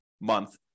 month